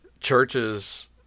churches